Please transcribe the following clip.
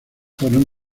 fueron